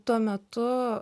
tuo metu